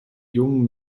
jungen